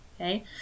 Okay